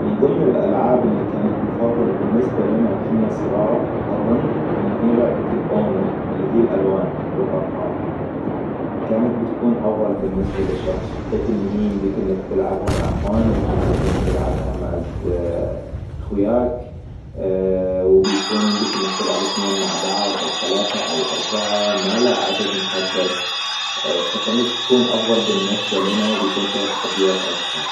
من ضمن الألعاب اللي كانت مفضلة بالنسبة لنا وحنا صغار أظن ان هي لعبة الأونو اللي هي الألوان والأرقام. كانت بتكون أفضل بالنسبة للشخص بحيث إن هي يمديك إنك تلعبها مع إخوانك يمديك إنك تلعبها مع أخوياك. وبيكون يمديك إنك تلعبوا اثنين مع بعض او ثلاثة او اربعة ما له عدد محدد فكانت تكون افضل بالنسبة لنا وبيكون فيها تحديات اكثر